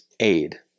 aid